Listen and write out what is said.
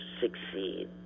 succeed